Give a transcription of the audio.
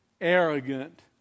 arrogant